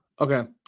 Okay